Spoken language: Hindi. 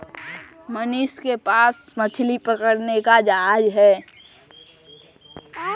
मनीष के पास मछली पकड़ने का जहाज है